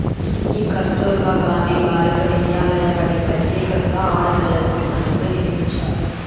ఈ కస్తుర్బా గాంధీ బాలికా విద్యాలయ బడి ప్రత్యేకంగా ఆడపిల్లలకు మాత్రమే నిర్మించారు